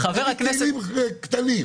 תן לי כלים קטנים.